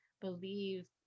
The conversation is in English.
believe